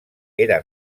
era